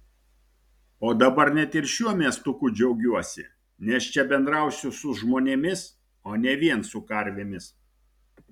o dabar net ir šiuo miestuku džiaugiuosi nes čia bendrausiu su žmonėmis o ne vien su karvėmis